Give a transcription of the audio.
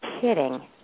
kidding